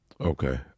Okay